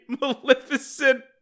maleficent